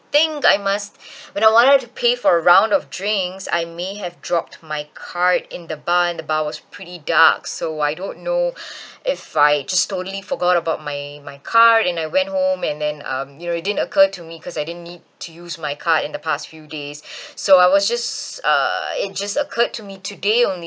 think I must when I wanted to pay for a round of drinks I may have dropped my card in the bar and the bar was pretty dark so I don't know if I just totally forgot about my my card and I went home and then um you know it didn't occur to me cause I didn't need to use my card in the past few days so I was just uh it just occurred to me today only